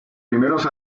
primeros